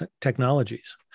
technologies